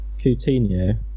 Coutinho